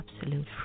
absolute